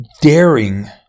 daring